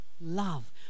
love